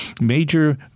major